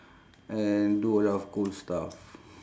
and do a lot of cool stuff